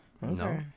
no